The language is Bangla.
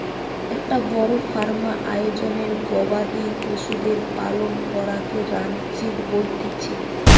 একটো বড় ফার্ম আয়োজনে গবাদি পশুদের পালন করাকে রানচিং বলতিছে